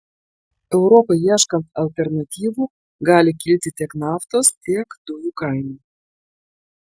europai ieškant alternatyvų gali kilti tiek naftos tiek dujų kaina